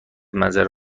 منظره